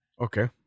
okay